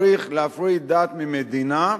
צריך להפריד דת ממדינה,